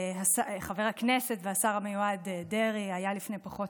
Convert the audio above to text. חבר הכנסת והשר המיועד דרעי היה לפני פחות